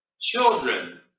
Children